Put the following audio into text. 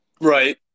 Right